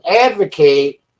advocate